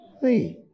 Hey